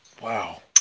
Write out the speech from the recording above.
Wow